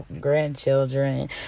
grandchildren